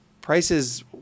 prices